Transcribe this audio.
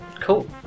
Cool